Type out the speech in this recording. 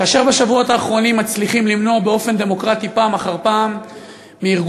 כאשר בשבועות האחרונים מצליחים למנוע באופן דמוקרטי פעם אחר פעם מארגון